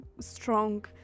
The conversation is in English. strong